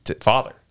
father